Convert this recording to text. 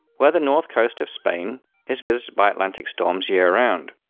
where the north coast of spain is visited by atlantic storms year round.